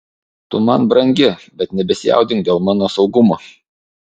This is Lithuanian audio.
tu man brangi bet nebesijaudink dėl mano saugumo